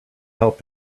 help